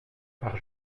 par